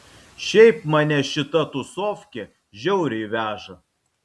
šiaip mane šita tūsofkė žiauriai veža